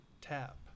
tap